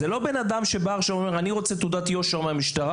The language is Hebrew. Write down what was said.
זה לא בן אדם שבא ואומר שהוא רוצה תעודת יושר מהמשטרה